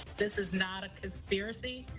this is not a conspiracy,